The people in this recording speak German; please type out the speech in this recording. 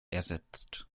ersetzt